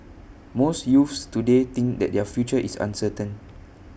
most youths today think that their future is uncertain